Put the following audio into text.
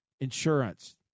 insurance